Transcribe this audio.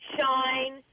shine